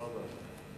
תודה רבה.